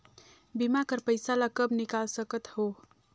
बीमा कर पइसा ला कब निकाल सकत हो?